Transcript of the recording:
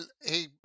hey